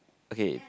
okay